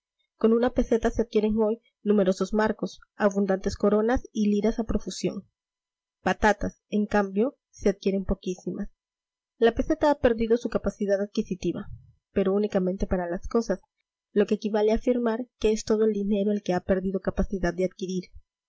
con una peseta se adquieren hoy numerosos marcos abundantes coronas y liras a profusión patatas en cambio se adquieren poquísimas la peseta ha perdido su capacidad adquisitiva pero únicamente para las cosas lo que equivale a afirmar que es todo el dinero el que ha perdido capacidad de adquirir